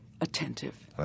attentive